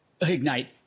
ignite